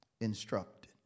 instructed